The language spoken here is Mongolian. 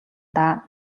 даа